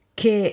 che